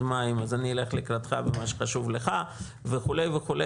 מים אז אני אלך לקראתך במה שחשוב לך וכולי וכולי.